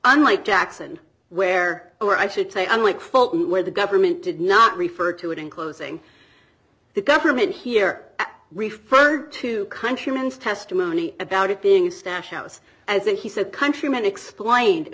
nlike jackson where i should say unlike fulton where the government did not refer to it in closing the government here referred to countryman's testimony about it being a stash house as in he said countrymen explained it